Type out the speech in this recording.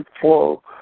flow